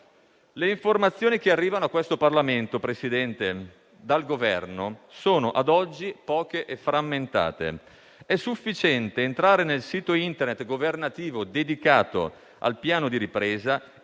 Le informazioni che arrivano a questo Parlamento, Presidente, dal Governo sono ad oggi poche e frammentate. È sufficiente entrare nel sito Internet governativo dedicato al Piano di ripresa